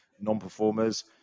non-performers